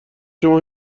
شما